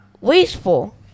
wasteful